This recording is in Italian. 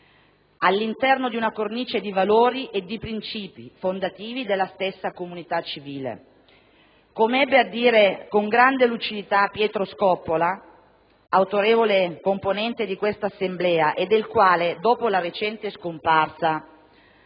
all'interno di una cornice di valori e di principi fondativi della stessa comunità civile. Come ebbe a dire con grande lucidità Pietro Scoppola, già autorevole componente di questa Assemblea e del quale dopo la recente scomparsa